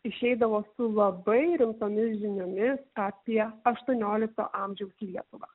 išeidavo su labai rimtomis žiniomis apie aštuoniolikto amžiaus lietuvą